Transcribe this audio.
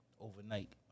overnight